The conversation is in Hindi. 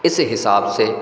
इस हिसाब से